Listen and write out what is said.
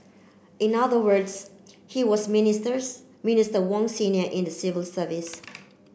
in other words he was minsters Minister Wong senior in the civil service